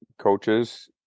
coaches